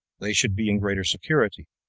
they should be in greater security,